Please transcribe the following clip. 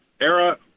era